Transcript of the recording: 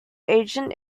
agent